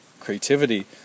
creativity